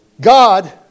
God